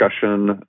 discussion